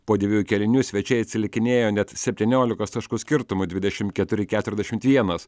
po dviejų kėlinių svečiai atsilikinėjo net septyniolikos taškų skirtumu dvidešim keturi keturiasdešimt vienas